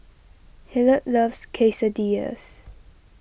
Hilliard loves Quesadillas